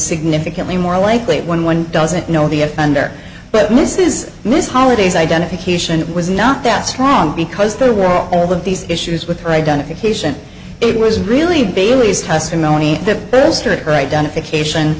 significantly more likely when one doesn't know the offender but miss is this holiday's identification it was not that strong because there were all of these issues with her identification it was really bailey's testimony that burst of her identification